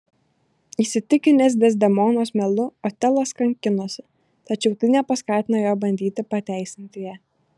įsitikinęs dezdemonos melu otelas kankinasi tačiau tai nepaskatina jo bandyti pateisinti ją